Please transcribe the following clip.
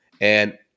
and-